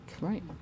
Right